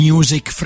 Music